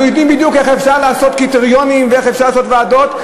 אנחנו יודעים בדיוק איך אפשר לעשות קריטריונים ואיך אפשר לעשות ועדות,